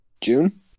June